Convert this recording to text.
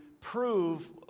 prove